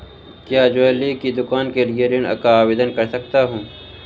क्या मैं ज्वैलरी की दुकान के लिए ऋण का आवेदन कर सकता हूँ?